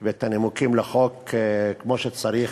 ואת הנימוקים לחוק כמו שצריך,